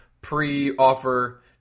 pre-offer